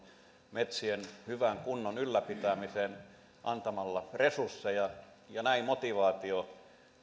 metsien hyvän kunnon ylläpitämiseen antamalla resursseja ja näin motivaatio